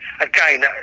Again